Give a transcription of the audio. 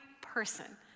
person